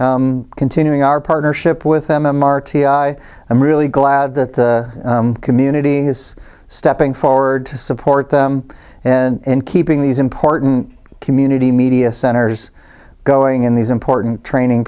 to continuing our partnership with them r t i i'm really glad that the community is stepping forward to support them and keeping these important community media centers going in these important training